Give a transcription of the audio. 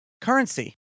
currency